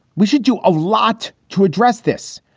we should do a lot to address this.